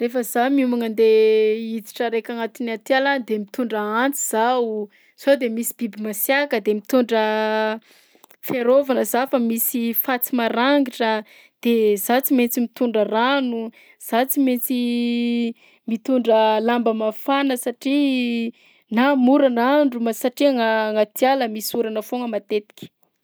Rehefa zaho miomagna andeha hiditra araika agnatin'ny atiala de mitondra antsy zaho sao de misy biby masiaka, de mitondra fiarôvana zaho fa misy fatsy marangitra de za tsy maintsy mitondra rano, zaho tsy maintsy mitondra lamba mafana satria na morana andro ma- satria agna- anaty ala misy orana foagna matetika.